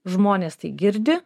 žmonės tai girdi